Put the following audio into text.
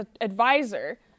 advisor